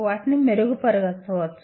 వాటిని మెరుగుపరచవచ్చు